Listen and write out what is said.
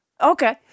Okay